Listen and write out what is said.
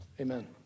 Amen